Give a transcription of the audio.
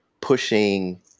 pushing